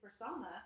persona